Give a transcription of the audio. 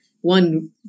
one